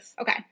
Okay